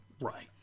Right